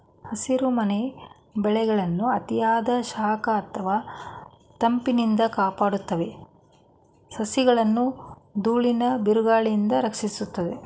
ಹಸಿರುಮನೆ ಬೆಳೆಗಳನ್ನು ಅತಿಯಾದ ಶಾಖ ಅಥವಾ ತಂಪಿನಿಂದ ಕಾಪಾಡ್ತವೆ ಸಸಿಗಳನ್ನು ದೂಳಿನ ಬಿರುಗಾಳಿಯಿಂದ ರಕ್ಷಿಸ್ತದೆ